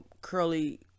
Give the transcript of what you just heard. curly